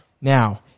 Now